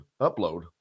Upload